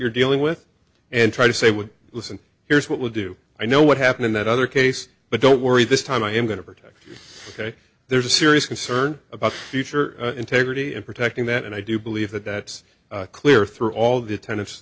you're dealing with and try to say would listen here's what we'll do i know what happened in that other case but don't worry this time i am going to protect there's a serious concern about future integrity in protecting that and i do believe that that's clear through all the ten